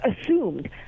assumed